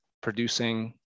producing